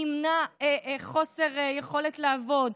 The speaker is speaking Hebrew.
נמנע חוסר יכולת לעבוד,